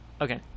okay